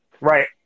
Right